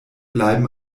bleiben